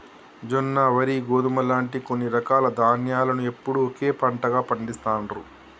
జొన్న, వరి, గోధుమ లాంటి కొన్ని రకాల ధాన్యాలను ఎప్పుడూ ఒకే పంటగా పండిస్తాండ్రు